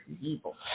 Evil